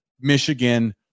Michigan